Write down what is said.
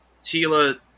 tila